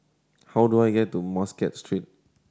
how do I get to Muscat Street